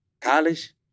college